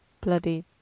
bloody